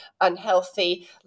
unhealthy